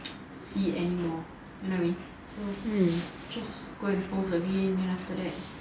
see anymore you know what I mean so just go and post again then after that